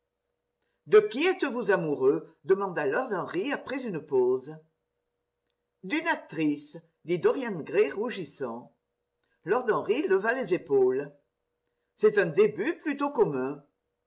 de qui êtes-vous amoureux demanda lord henry après une pause d'une actrice dit dorian gray rougissant lord henry leva les épaules c'est un début plutôt commun